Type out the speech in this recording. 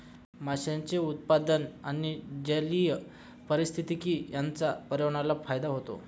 माशांचे उत्पादन आणि जलीय पारिस्थितिकी यांचा पर्यावरणाला फायदा होतो